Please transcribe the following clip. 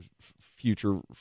future